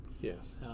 yes